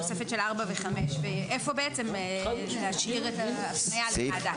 תוספת של 4 ו-5 ואיפה להשאיר את ההפניה לוועדה.